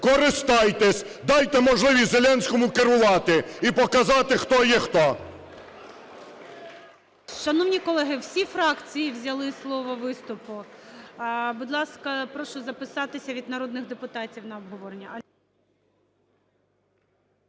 Користайтесь, дайте можливість Зеленському керувати і показати, хто є хто.